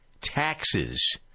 taxes